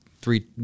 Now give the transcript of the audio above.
three